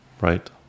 right